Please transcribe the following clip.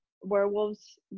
werewolves